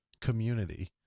community